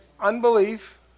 unbelief